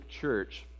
church